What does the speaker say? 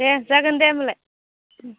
दे जागोन दे होमब्लालाय